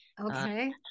okay